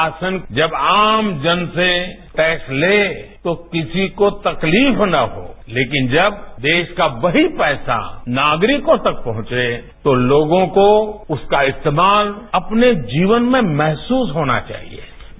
शासन जब आम जन से टैक्स ले तो किसी को तकलीफ ना हो लेकिन जब देश का वही पैसा नागरिकों तक पहुंचे तो लोगों को उसका इस्तेमाल अपने जीवन में महसूस होना चाहियें